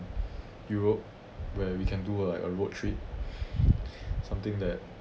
europe where we can do a like a road trip something that